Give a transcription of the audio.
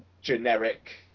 generic